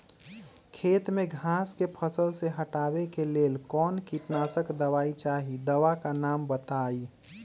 खेत में घास के फसल से हटावे के लेल कौन किटनाशक दवाई चाहि दवा का नाम बताआई?